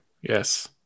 Yes